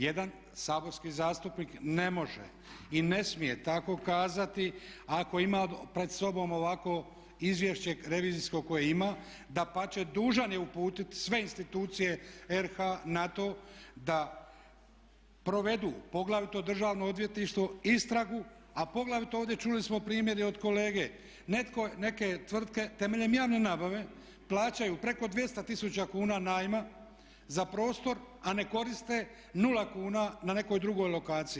Jedan saborski zastupnik ne može i ne smije tako kazati ako ima pred sobom ovakvo izvješće revizijsko koje ima, dapače dužan je uputiti sve institucije RH na to da provedu poglavito Državno odvjetništvo istragu a poglavito ovdje čuli smo primjer i od kolege neke tvrtke temeljem javne nabave plaćaju preko 200 tisuća kuna najma za prostor, a ne koriste 0 kuna na nekoj drugoj lokaciji.